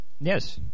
yes